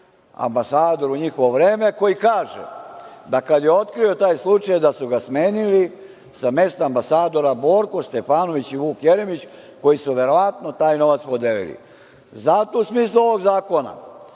ambasador u njihovo vreme, koji kaže da kada je otkrio taj slučaj, da su ga smenili sa mesta ambasadora Borko Stefanović i Vuk Jeremić, koji su verovatno taj novac podelili. Zato u smislu ovog zakona